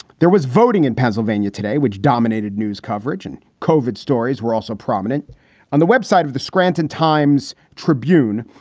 there was voting in pennsylvania today which dominated news coverage and covered stories were also prominent on the web site of the scranton times tribune.